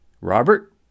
Robert